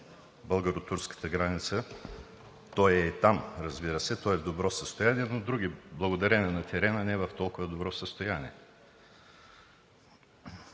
българо-турската граница, то е и там, разбира се, то е в добро състояние, но благодарение на терена не е в толкова добро състояние.